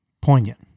Poignant